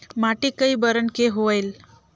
माटी कई बरन के होयल?